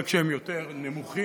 רק שהם יותר נמוכים.